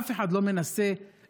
אף אחד לא מנסה לסייע,